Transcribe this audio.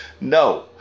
No